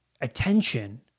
attention